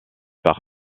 par